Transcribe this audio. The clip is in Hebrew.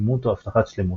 אימות או הבטחת שלמות,